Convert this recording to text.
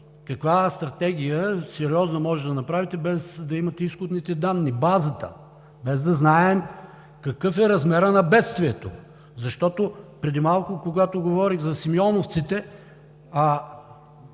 Каква сериозна стратегия може да направите, без да имате изходните данни – базата, без да знаем какъв е размерът на бедствието? Защото преди малко, когато говорих за симеоновците,